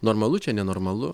normalu čia nenormalu